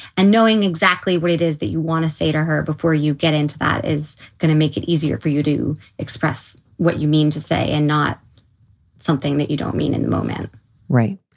and knowing exactly what it is that you want to say to her before you get into that is going to make it easier for you to express what you mean to say and not something that you don't mean at and the moment right.